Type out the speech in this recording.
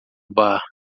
bar